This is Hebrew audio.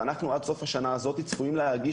שואל האם ההערכה הזאת מקובלת עליכם.